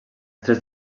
tres